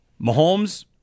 Mahomes